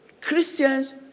Christians